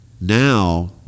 Now